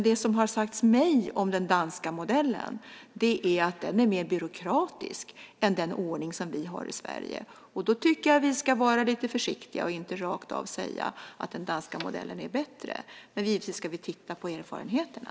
Det som har sagts mig om den danska modellen är att den är mer byråkratisk än den ordning som vi har i Sverige, och då tycker jag att vi ska vara lite försiktiga och inte rakt av säga att den danska modellen är bättre. Men givetvis ska vi titta på erfarenheterna.